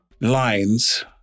lines